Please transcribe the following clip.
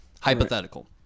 Hypothetical